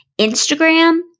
Instagram